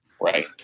Right